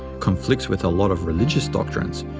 conflicts with a lot of religious doctrines,